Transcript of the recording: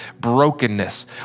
brokenness